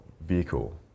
vehicle